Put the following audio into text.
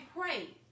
pray